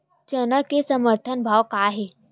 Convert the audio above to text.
चना के समर्थन भाव का हे?